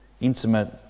intimate